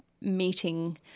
meeting